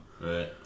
Right